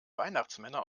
weihnachtsmänner